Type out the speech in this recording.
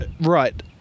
right